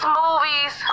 movies